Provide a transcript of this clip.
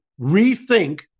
rethink